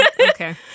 Okay